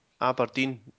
Aberdeen